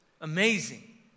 amazing